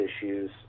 issues